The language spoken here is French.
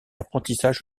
apprentissage